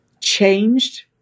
changed